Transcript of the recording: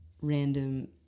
random